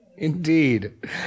Indeed